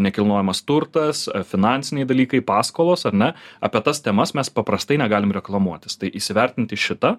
nekilnojamas turtas finansiniai dalykai paskolos ar ne apie tas temas mes paprastai negalim reklamuotis tai įsivertinti šitą